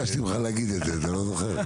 בשביל זה ביקשתי ממך להגיד את זה, אתה לא זוכר?